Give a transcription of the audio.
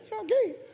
okay